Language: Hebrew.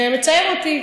זה מצער אותי,